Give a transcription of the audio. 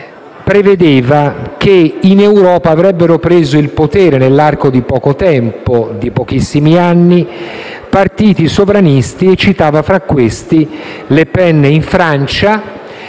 prevedeva che in Europa avrebbero preso il potere, nell'arco di poco tempo, di pochissimi anni, partiti sovranisti e citava, fra questi, Le Pen in Francia,